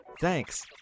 Thanks